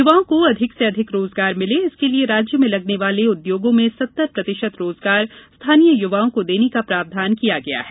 युवाओं को अधिक से अधिक रोजगार मिले इसके लिये राज्य में लगने वाले उद्योगों में सत्तर प्रतिशत रोजगार स्थानीय युवाओं को देने का प्रावधान किया गया है